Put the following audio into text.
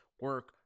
Work